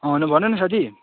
होइन भनन साथी